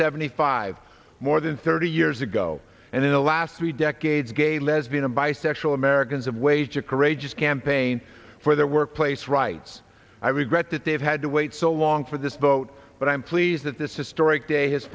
seventy five more than thirty years ago and in the last three decades gay lesbian and bisexual americans have wage a courageous campaign for their workplace rights i regret that they have had to wait so long for this vote but i'm pleased that this historic day has